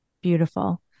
Beautiful